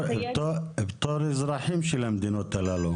פטור אזרחים של המדינות הללו,